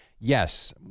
yes